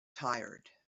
tired